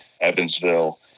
Evansville